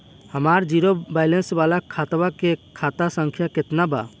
हमार zero balance वाला खतवा के खाता संख्या केतना बा?